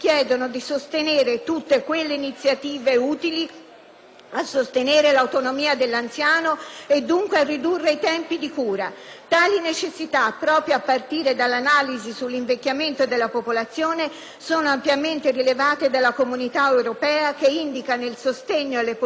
a sostenere l'autonomia dell'anziano e a ridurre i tempi di cura. Tali necessità, proprio a partire dall'analisi sull'invecchiamento della popolazione, sono ampiamente rilevate dalla Comunità europea che indica, nel sostegno alle politiche di *active aging*, uno dei futuri perni